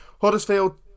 Huddersfield